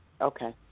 Okay